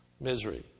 Misery